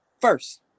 first